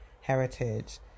heritage